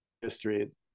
history